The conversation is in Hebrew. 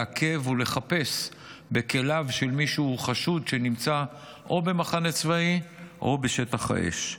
לעכב ולחפש בכליו של מישהו חשוד שנמצא במחנה צבאי או בשטח אש.